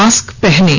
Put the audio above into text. mask पहनें